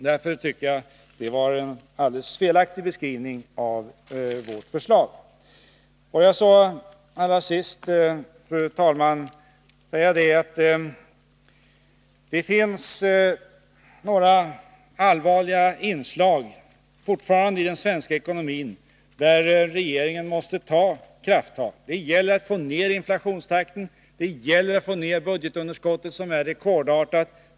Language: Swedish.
Därför tycker jag att beskrivningen av vårt förslag var helt felaktig. Fru talman! Allra sist vill jag säga att det fortfarande finns några allvarliga inslag i den svenska ekonomin som fordrar att regeringen tar krafttag. Det gäller att få ned inflationstakten. Det gäller att få ned budgetunderskottet, som är rekordartat.